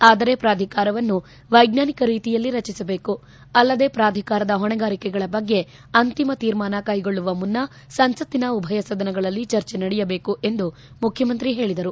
ಆದರೆ ಪ್ರಾಧಿಕಾರವನ್ನು ವೈಚ್ಚಾನಿಕ ರೀತಿಯಲ್ಲಿ ರಚಿಸಬೇಕು ಅಲ್ಲದೇ ಪ್ರಾಧಿಕಾರದ ಹೊಣೆಗಾರಿಕೆಗಳ ಬಗ್ಗೆ ಅಂತಿಮ ತೀರ್ಮಾನ ಕೈಗೊಳ್ಳುವ ಮುನ್ನ ಸಂಸತ್ತಿನ ಉಭಯ ಸದನಗಳಲ್ಲಿ ಚರ್ಚೆ ನಡೆಯಬೇಕು ಎಂದು ಮುಖ್ಯಮಂತ್ರಿ ಹೇಳಿದರು